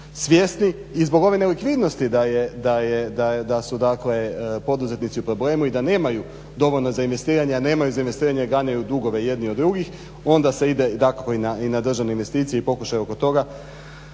Svjesni i zbog ove nelikvidnosti da su poduzetnici u problemu i da nemaju dovoljno za investiranje, a nemaju za investiranje ganjaju dugove jedni od drugih, onda se ide i na državne investicije i na pokušaj toga